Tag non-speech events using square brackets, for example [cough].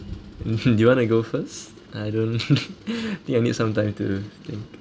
mmhmm do you want to go first I don't [laughs] think I need some time to think